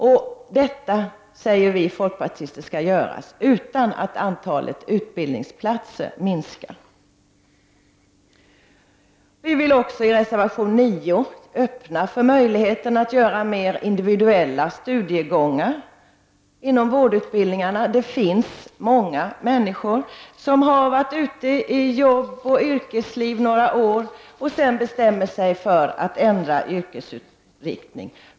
Detta, säger vi folkpartister, skall göras utan att antalet utbildningsplatser minskar. Vi vill i reservation 9 också öppna möjligheter att göra mer inviduella studiegångar inom vårdutbildningarna. Det finns många människor som har varit ute i arbetslivet några år och sedan bestämmer sig för att ändra yrkesinriktning.